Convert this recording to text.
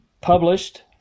published